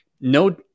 no